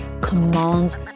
commands